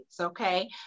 okay